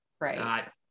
Right